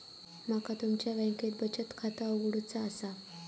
माका तुमच्या बँकेत बचत खाता उघडूचा असा?